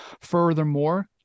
Furthermore